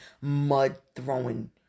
mud-throwing